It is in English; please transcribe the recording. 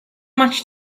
much